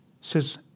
says